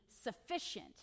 sufficient